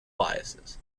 biases